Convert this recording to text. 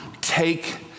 take